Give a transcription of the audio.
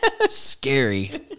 Scary